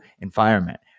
environment